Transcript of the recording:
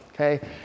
Okay